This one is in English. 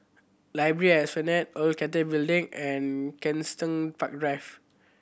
library at Esplanade Old Cathay Building and Kensington Park Drive